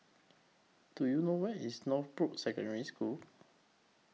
Do YOU know Where IS Northbrooks Secondary School